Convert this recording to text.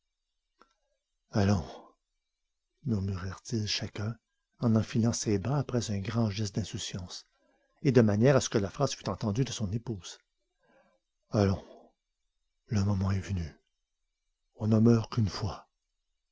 allons murmurèrent-ils chacun en enfilant ses bas après un grand geste d'insouciance et de manière à ce que la phrase fût entendue de son épouse allons le moment est venu on ne meurt qu'une fois